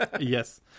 Yes